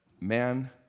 Man